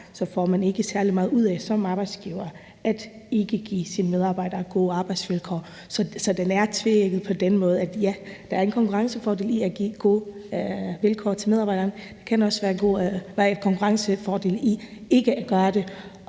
får man ikke særlig meget ud af som arbejdsgiver ikke at give sine medarbejdere gode arbejdsvilkår. Så det er tveægget på den måde, at ja, der er en konkurrencefordel i at give gode vilkår til medarbejderne, men der kan også være en konkurrencefordel i ikke at gøre det,